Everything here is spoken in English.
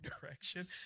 direction